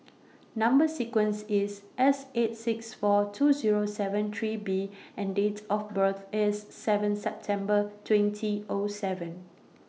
Number sequence IS S eight six four two Zero seven three B and Date of birth IS seven September twenty O seven